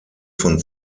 von